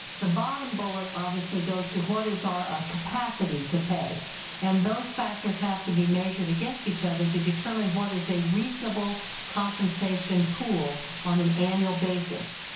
the bottom bullet obviously goes to what is our ah capacity to pay and those factors have to be measured against each other to determine what is a reasonable compensation pool on an annual basis.